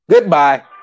Goodbye